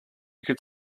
you